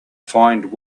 find